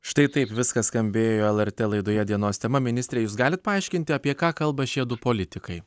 štai taip viskas skambėjo lrt laidoje dienos tema ministre jūs galit paaiškinti apie ką kalba šiedu politikai